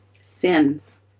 sins